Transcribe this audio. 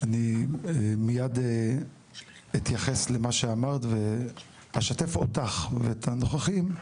אני מייד אתייחס למה שאמרת ואשתף אותך ואת הנוכחים,